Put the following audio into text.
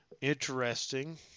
interesting